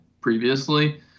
previously